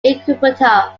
incubator